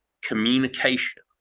communication